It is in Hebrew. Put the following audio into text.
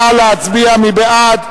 נא להצביע, מי בעד?